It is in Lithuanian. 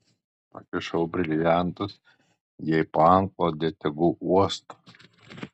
pakišau briliantus jai po antklode tegu uosto